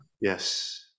Yes